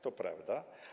To prawda.